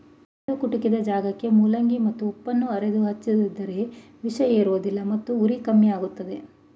ಚೇಳು ಕುಟುಕಿದ ಜಾಗಕ್ಕೆ ಮೂಲಂಗಿ ಮತ್ತು ಉಪ್ಪನ್ನು ಅರೆದು ಹಚ್ಚಿದರೆ ವಿಷ ಏರುವುದಿಲ್ಲ ಮತ್ತು ಉರಿ ಕಮ್ಮಿಯಾಗ್ತದೆ